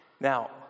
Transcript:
Now